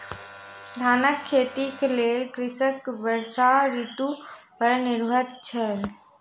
धानक खेती के लेल कृषक वर्षा ऋतू पर निर्भर छल